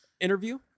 interview